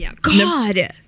God